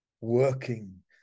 working